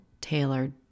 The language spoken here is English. tailored